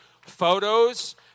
photos